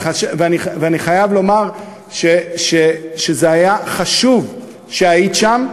ואני חייב לומר שזה היה חשוב שהיית שם,